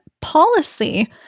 policy